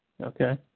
okay